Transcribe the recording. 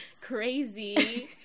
crazy